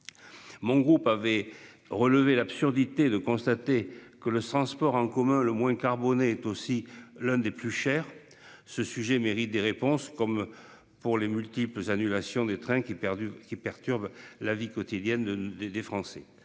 Mon groupe avait relevé l'absurdité de constater que le sang sport en commun le moins carbonée est aussi l'un des plus cher ce sujet mérite des réponses comme pour les multiples annulations des trains qui est perdu qui perturbent la vie quotidienne des des Français